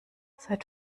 seit